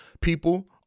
people